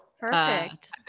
Perfect